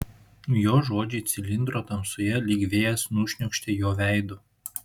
jo žodžiai cilindro tamsoje lyg vėjas nušniokštė jo veidu